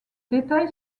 détail